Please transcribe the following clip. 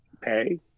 pay